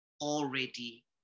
already